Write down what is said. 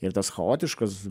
ir tas chaotiškas